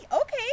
okay